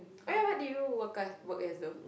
oh ya what did you work as work as though